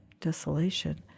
desolation